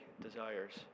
desires